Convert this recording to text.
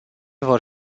vor